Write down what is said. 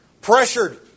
pressured